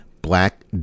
black